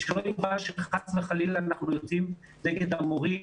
ושלא נשמע שחס וחלילה אנחנו יוצאים נגד המורים,